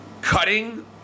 Cutting